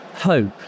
hope